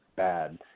bad